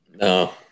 No